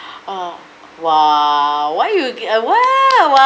oh !wow! why you get uh !wow!